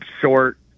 short